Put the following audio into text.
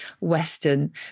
Western